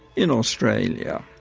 in australia. yeah